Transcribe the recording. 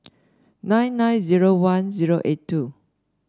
nine nine zero one zero eight two